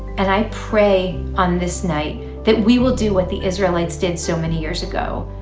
and i pray on this night that we will do what the israelites did so many years ago.